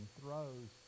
throws